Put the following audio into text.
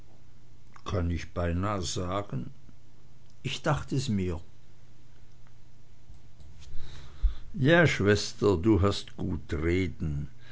kann ich beinah sagen ich dacht es mir ja schwester du hast gut reden